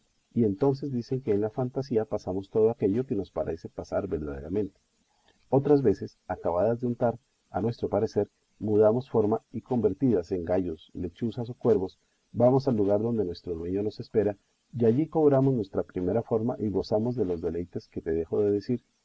y entonces dicen que en la fantasía pasamos todo aquello que nos parece pasar verdaderamente otras veces acabadas de untar a nuestro parecer mudamos forma y convertidas en gallos lechuzas o cuervos vamos al lugar donde nuestro dueño nos espera y allí cobramos nuestra primera forma y gozamos de los deleites que te dejo de decir